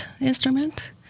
instrument